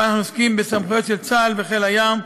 מאחר שאנו עוסקים בסמכויות של צה"ל וחיל הים,